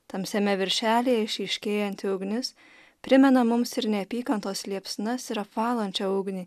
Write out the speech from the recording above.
tamsiame viršelyje išryškėjanti ugnis primena mums ir neapykantos liepsnas ir apvalančią ugnį